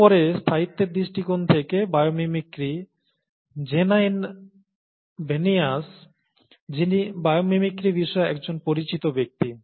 তারপরে স্থায়িত্বের দৃষ্টিকোণ থেকে বায়ো মিমিক্রি Janine Benyus যিনি বায়ো মিমিক্রি বিষয়ে একজন পরিচিত ব্যক্তি